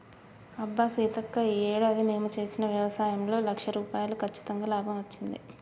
అబ్బా సీతక్క ఈ ఏడాది మేము చేసిన వ్యవసాయంలో లక్ష రూపాయలు కచ్చితంగా లాభం వచ్చింది